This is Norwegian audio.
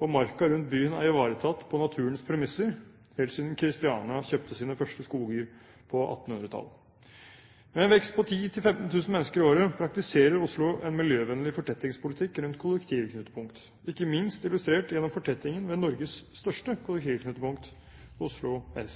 og marka rundt byen er ivaretatt på naturens premisser helt siden Christiania kjøpte sine første skoger på 1800-tallet. Med en vekst på 10 000–15 000 mennesker i året praktiserer Oslo en miljøvennlig fortettingspolitikk rundt kollektivknutepunkt, ikke minst illustrert gjennom fortettingen ved Norges største kollektivknutepunkt, Oslo S.